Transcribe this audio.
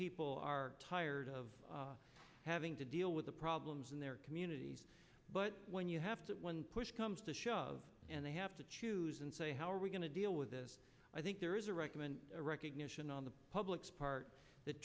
people are tired of having to deal with the problems in their communities but when you have to when push comes to shove and they have to choose and say how are we going to deal with this i think there is a recommend a recognition on the public's part th